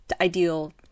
ideal